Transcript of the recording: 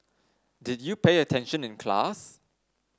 did you pay attention in class